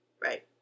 Right